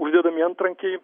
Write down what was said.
uždedami antrankiai